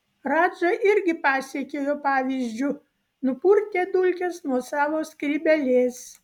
radža irgi pasekė jo pavyzdžiu nupurtė dulkes nuo savo skrybėlės